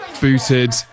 booted